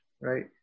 right